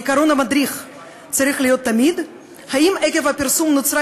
העיקרון המדריך צריך להיות תמיד: האם עקב הפרסום נוצרה